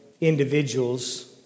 individuals